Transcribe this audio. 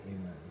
Amen